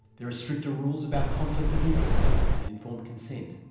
there are stricter rules about conflicts of interest and informed consent.